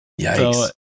Yikes